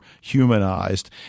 humanized